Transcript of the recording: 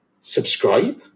Subscribe